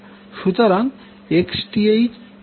সুতরাং Xth XL সমান 0 হতে পারে